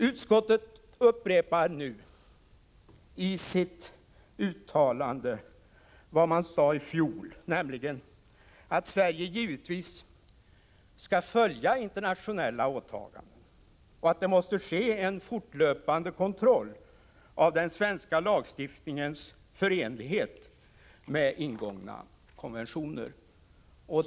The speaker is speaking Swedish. Utskottet upprepar nu vad vi sade i fjol, nämligen att Sverige givetvis skall följa internationella åtaganden och att det måste ske en fortlöpande kontroll av den svenska lagstiftningens förenlighet med ingångna konventioner.